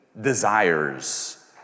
desires